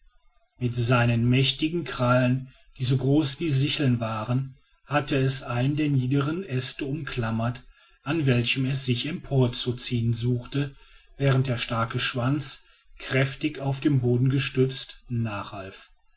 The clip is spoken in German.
mit seinen mächtigen krallen die so groß wie sicheln waren hatte es einen der niederen äste umklammert an welchen es sich emporzuziehen suchte während der starke schwanz kräftig auf den boden gestützt nachhalf